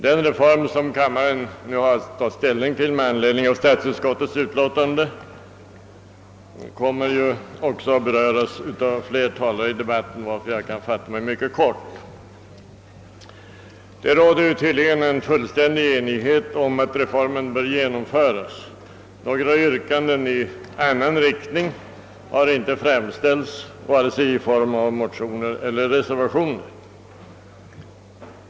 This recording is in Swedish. Den reform som kammaren nu har att ta ställning till med anledning av statsutskottets utlåtande nr 64 kommer också att beröras av flera talare, varför jag nu kan fatta mig mycket kort. Det råder tydligen fullständig enighet om att reformen bör genomföras. Några yrkanden i annan riktning har inte framställts i form av vare sig motioner eller reservationer.